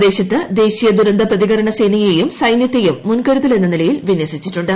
പ്രദേശത്ത് ദേശീയ ദുരന്തപ്രതികരണ സേനയെയും സൈന്യത്തെയും മുൻകരുതൽ എന്ന നിലയിൽ വിന്യസിച്ചിട്ടുണ്ട്